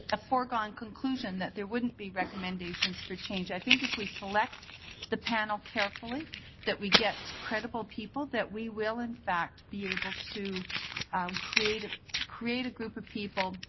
a foregone conclusion that there wouldn't be recommendations for change. i think if we select the panel carefully that we get credible people, that we will in fact be able to create ah create a group of people,